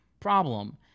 problem